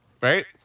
right